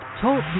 Talk